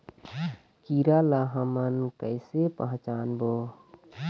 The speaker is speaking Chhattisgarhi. कीरा ला हमन कइसे पहचानबो?